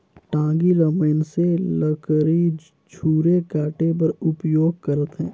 टागी ल मइनसे लकरी झूरी काटे बर उपियोग करथे